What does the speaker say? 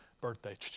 Birthday